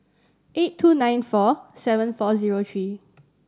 eight two nine four seven four zero three